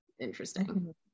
interesting